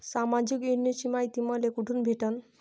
सामाजिक योजनेची मायती मले कोठून भेटनं?